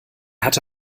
hatte